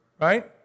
right